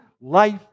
life